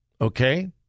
Okay